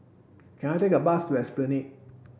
can I take a bus to Esplanade